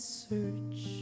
search